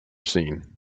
scene